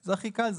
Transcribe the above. זה הכי קל.